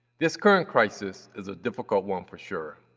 this current crisis is a difficult one, for sure,